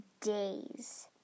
days